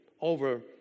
over